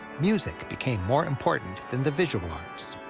music became more important than the visual arts.